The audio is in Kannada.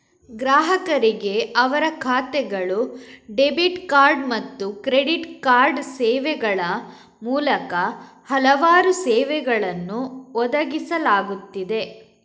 ಗ್ರಾಹಕರಿಗೆ ಅವರ ಖಾತೆಗಳು, ಡೆಬಿಟ್ ಕಾರ್ಡ್ ಮತ್ತು ಕ್ರೆಡಿಟ್ ಕಾರ್ಡ್ ಸೇವೆಗಳ ಮೂಲಕ ಹಲವಾರು ಸೇವೆಗಳನ್ನು ಒದಗಿಸಲಾಗುತ್ತಿದೆ